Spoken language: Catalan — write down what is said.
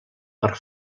per